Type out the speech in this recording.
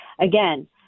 again